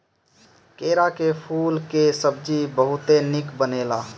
केरा के फूले कअ सब्जी बहुते निक बनेला